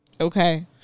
Okay